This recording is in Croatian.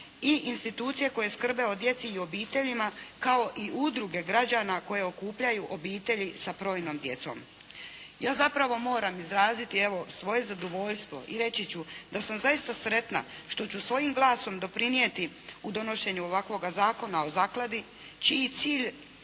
i institucije koje skrbe o djeci i obiteljima, kao i udruge građana koje okupljaju obitelji sa brojnom djecom. Ja zapravo moram izraziti evo svoje zadovoljstvo i reći ću da sam zaista sretna što ću svojim glasom doprinijeti u donošenju ovakvoga Zakona o zakladi, čiji cilj